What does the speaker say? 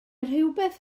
rhywbeth